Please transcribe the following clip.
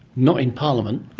not in parliament?